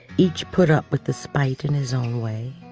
each put up with the spike in his own way.